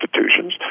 institutions